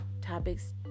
topics